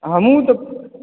हमहूँ तऽ